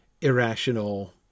irrational